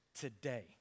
today